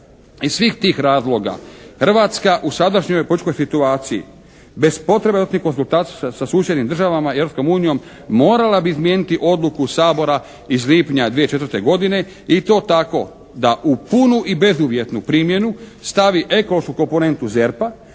Iz svih tih razloga Hrvatska u sadašnjoj političkoj situaciji, bez potrebnih konzultacija ja susjednim državama i Europskom unijom morala bi izmijeniti odluku Sabora iz lipnja 2004. godine i to tako da uz punu i bezuvjetnu primjenu stavi ekološku komponentu ZERP-a